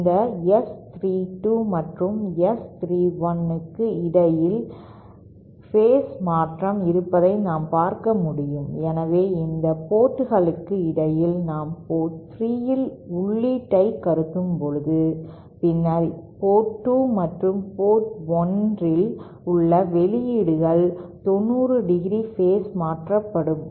இந்த S 32 மற்றும் S31 க்கு இடையில் பேஸ் மாற்றம் இருப்பதை நாம் பார்க்க முடியும் எனவே இந்த போர்டுகளுக்கு இடையில் நாம் போர்ட் 3 இல் உள்ளீட்டைக் கருதும்போது பின்னர் போர்ட் 2 மற்றும் போர்ட் 1 இல் உள்ள வெளியீடுகள் 90 ° பேஸ் மாற்றப்படும்